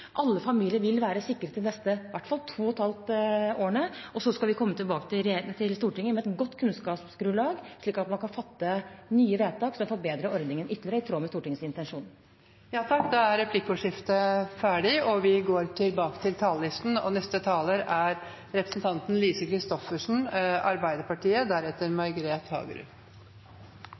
være sikret de neste to og et halvt årene. Så skal vi komme tilbake til Stortinget med et godt kunnskapsgrunnlag, slik at man kan fatte nye vedtak som forbedrer ordningen ytterligere, i tråd med Stortingets intensjon. Replikkordskiftet er omme. Skattepolitikken er en av de virkelig store skillesakene i norsk politikk. For Høyre og Fremskrittspartiet er